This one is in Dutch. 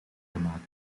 gemaakt